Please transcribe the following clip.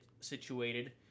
situated